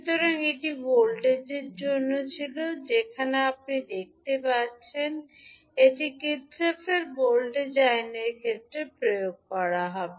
সুতরাং এটি ভোল্টেজের জন্য ছিল যেখানে আপনি দেখতে পাচ্ছেন এটি কারশফের ভোল্টেজ আইনের Kirchhoff's Voltage Lawক্ষেত্রে প্রয়োগ করা হবে